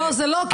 זה לא,